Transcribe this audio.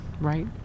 right